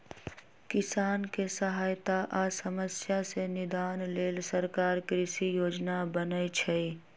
किसानके सहायता आ समस्या से निदान लेल सरकार कृषि योजना बनय छइ